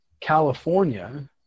California